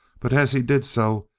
but as he did so,